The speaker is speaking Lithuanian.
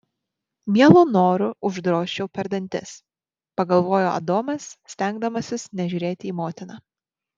mielu noru uždrožčiau per dantis pagalvojo adomas stengdamasis nežiūrėti į motiną